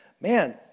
man